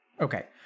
okay